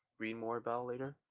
read more about later,